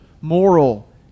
moral